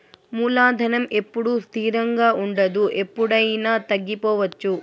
మూలధనం ఎప్పుడూ స్థిరంగా ఉండదు ఎప్పుడయినా తగ్గిపోవచ్చు